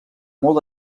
molt